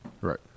Right